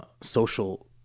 social